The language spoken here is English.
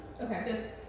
Okay